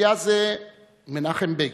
היה זה מנחם בגין,